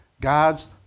God's